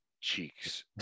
cheeks